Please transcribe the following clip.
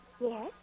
Yes